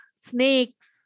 snakes